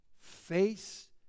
face